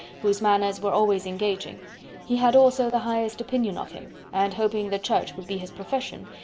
whose manners were always engaging he had also the highest opinion of him, and hoping the church would be his profession,